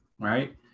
right